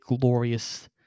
glorious